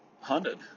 hunted